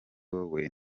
wowe